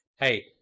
Hey